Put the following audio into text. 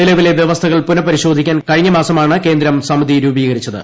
നിലവിലെ വൃവസ്ഥകൾ പുനഃപരിശോധിക്കാൻ കഴിഞ്ഞ മാസമാണ് കേന്ദ്രം സമിതി രൂപീകരിച്ചത്